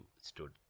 stood